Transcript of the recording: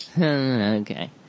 okay